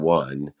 one